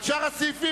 על שאר הסעיפים,